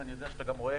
ואני יודע שאתה רואה